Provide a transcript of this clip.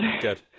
Good